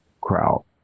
crowd